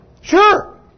Sure